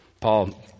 Paul